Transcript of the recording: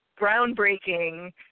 groundbreaking